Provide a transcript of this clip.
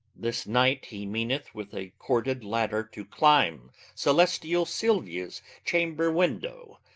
this night he meaneth with a corded ladder to climb celestial silvia's chamber window,